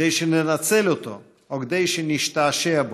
כדי שננצל אותו או כדי שנשתעשע בו.